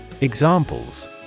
Examples